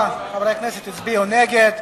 44 הצביעו נגד,